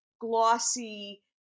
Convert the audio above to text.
glossy